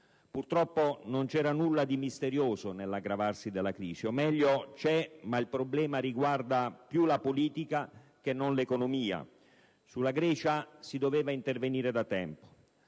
Purtroppo non c'era nulla di misterioso nell'aggravarsi della crisi o, meglio, c'è, ma il problema riguarda più la politica che l'economia. Sulla Grecia si doveva intervenire da tempo.